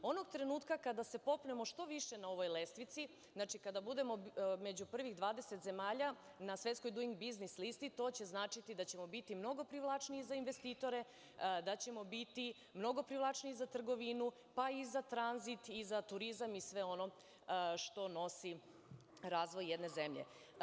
Onog trenutka kada se popnemo što više na ovoj lestvici, kad budemo među prvih 20 zemalja na Svetskoj duing biznis listi to će značiti da ćemo biti mnogo privlačniji za investitore, da ćemo biti mnogo privlačniji za trgovinu, za tranzit, za turizam, i za sve ono što nosi razvoj jedne zemlje.